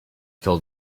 told